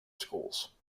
schools